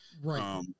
Right